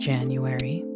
January